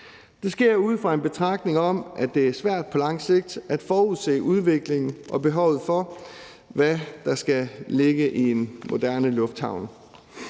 Det sker ud fra en betragtning om, at det på lang sigt er svært at forudse udviklingen i og behovet for, hvad der skal ligge i en moderne lufthavn.